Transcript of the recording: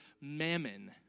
mammon